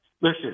Listen